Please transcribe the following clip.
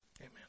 Amen